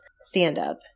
stand-up